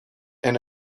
and